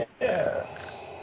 yes